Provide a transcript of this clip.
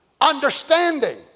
Understanding